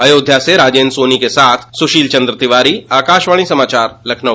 अयोध्या से राजेन्द्र सोनी के साथ मैं सुशील चन्द्र तिवारी आकाशवाणी समाचार लखनऊ